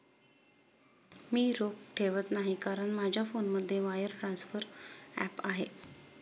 मी रोख ठेवत नाही कारण माझ्या फोनमध्ये वायर ट्रान्सफर ॲप आहे